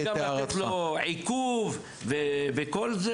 הם רוצים גם לתת לו עיכוב וכל זה.